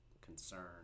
concern